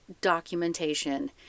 Documentation